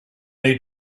need